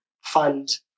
fund